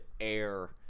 air